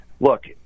look